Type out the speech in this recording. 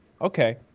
Okay